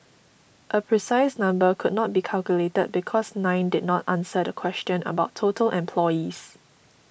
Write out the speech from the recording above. a precise number could not be calculated because nine did not answer the question about total employees